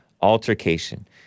altercation